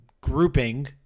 grouping